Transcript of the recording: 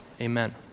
Amen